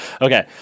Okay